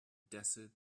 desert